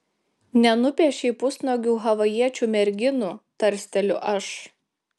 nenupiešei pusnuogių havajiečių merginų tarsteliu aš